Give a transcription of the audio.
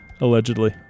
allegedly